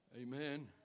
Amen